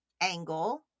angle